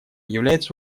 является